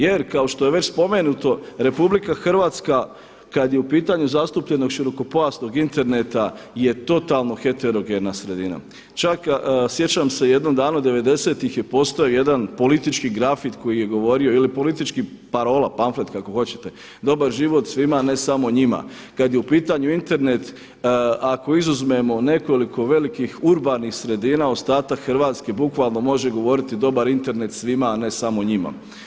Jer kao što je već spomenuto RH kad je u pitanju zastupljenost širokopojasnog interneta je totalno heterogena sredina, čak sjećam se jadnom davno 90.tih je postojao jedan politički grafit koji je govorio, ili politička parola, panflet kako hoćete „Dobar život svima a ne samo njima.“ Kad je u pitanju Internet ako izuzmemo nekoliko velikih urbanih sredina ostatak Hrvatske bukvalno može govoriti dobar Internet svima a ne samo njima.